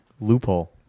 Loophole